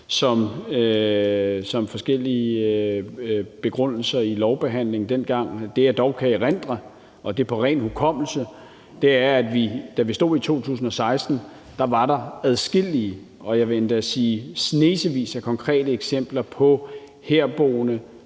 som begrundelser i forhold til lovbehandlingen dengang. Det, jeg dog kan erindre efter ren hukommelse, er, at da vi stod i 2016, var der adskillige – jeg vil endda sige snesevis – konkrete eksempler på herboende